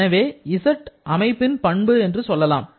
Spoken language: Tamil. எனவே z அமைப்பின் பண்பு என்று சொல்லலாம்